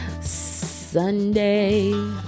sunday